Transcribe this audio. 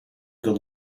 the